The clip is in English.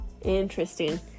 Interesting